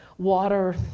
Water